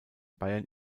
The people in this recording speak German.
bayern